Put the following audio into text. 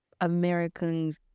American